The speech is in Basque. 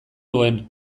duen